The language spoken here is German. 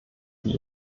die